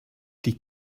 die